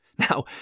Now